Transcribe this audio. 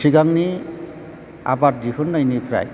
सिगांनि आबाद दिहुननायनिफ्राय